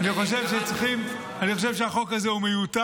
תבדוק, אני חושב שהחוק הזה הוא מיותר,